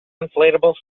inflatable